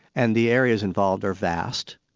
and the areas involved are vast,